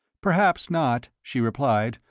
perhaps not, she replied,